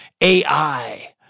AI